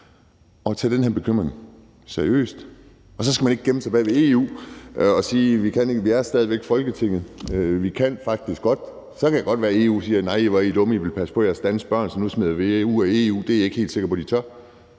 at tage den her bekymring seriøst. Og så skal man ikke gemme sig bag ved EU og sige: Vi kan ikke. Vi er stadig væk Folketinget. Vi kan faktisk godt. Så kan det godt være, at EU siger: Nej, hvor er I dumme, at I vil passe på jeres danske børn, så nu smider vi jer ud af EU. Det er jeg ikke helt sikker på at de tør.